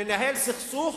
לנהל סכסוך,